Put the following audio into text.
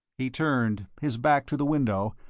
he turned, his back to the window,